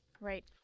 Right